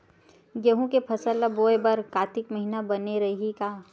गेहूं के फसल ल बोय बर कातिक महिना बने रहि का?